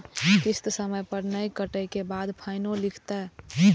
किस्त समय पर नय कटै के बाद फाइनो लिखते?